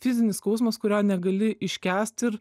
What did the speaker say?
fizinis skausmas kurio negali iškęst ir